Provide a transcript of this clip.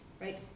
right